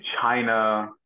China